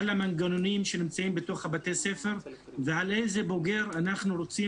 על המנגנונים שנמצאים בתוך בתי הספר ואיזה בוגר אנחנו רוצים